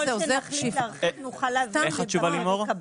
מה שנחליט להרחיב נוכל להביא בפרק הבא.